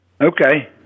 okay